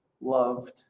loved